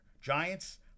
Giants